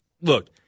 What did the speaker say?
Look